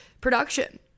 production